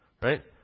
right